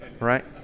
Right